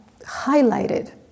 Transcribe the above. highlighted